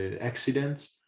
accidents